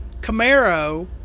Camaro